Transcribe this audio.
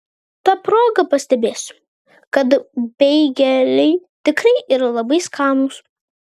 ta proga pastebėsiu kad beigeliai tikrai yra labai skanūs